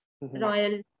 royal